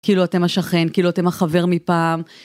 כאילו אתם השכן, כאילו אתם החבר מפעם.